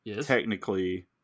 technically